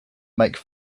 make